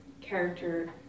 character